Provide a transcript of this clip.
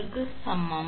544 ஆகும்